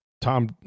Tom